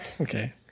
Okay